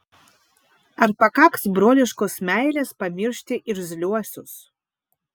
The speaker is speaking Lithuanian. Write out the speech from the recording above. ar pakaks broliškos meilės pamiršti irzliuosius